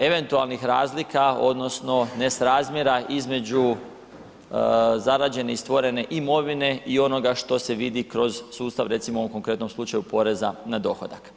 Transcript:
eventualnih razlika odnosno nesrazmjera između zarađene i stvorene imovine i onoga što se vidi kroz sustav recimo u ovom konkretnom slučaju, porezan na dohodak.